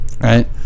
Right